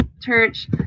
church